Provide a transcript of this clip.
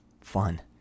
fun